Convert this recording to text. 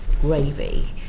gravy